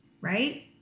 Right